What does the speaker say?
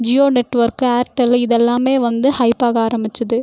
Jio network Airtel இதெல்லாமே வந்து ஹைப்பாக ஆரமிச்சுது